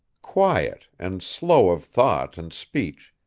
quiet, and slow of thought and speech,